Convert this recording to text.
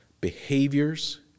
behaviors